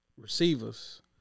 receivers